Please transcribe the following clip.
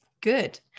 Good